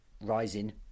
rising